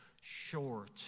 short